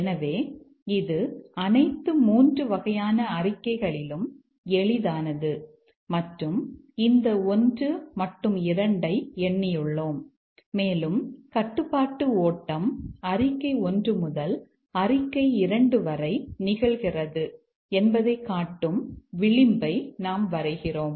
எனவே இது அனைத்து 3 வகையான அறிக்கைகளிலும் எளிதானது மற்றும் இந்த 1 மற்றும் 2 ஐ எண்ணியுள்ளோம் மேலும் கட்டுப்பாட்டு ஓட்டம் அறிக்கை 1 முதல் அறிக்கை 2 வரை நிகழ்கிறது என்பதைக் காட்டும் விளிம்பை நாம் வரைகிறோம்